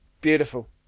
Beautiful